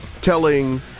telling